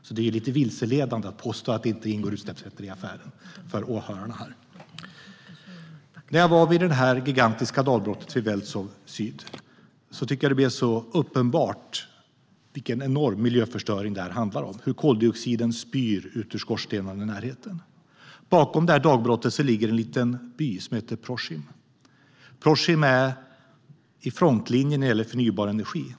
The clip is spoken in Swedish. Det är alltså lite vilseledande för åhörarna här att påstå att det inte ingår utsläppsrätter i affären. När jag var vid det gigantiska dagbrottet Welzov-Süd blev det så uppenbart vilken enorm miljöförstöring det handlar om. Skorstenarna i närheten spyr ut koldioxid. Bakom det här dagbrottet ligger en liten by som heter Proschim. Proschim är i frontlinjen när det gäller förnybar energi.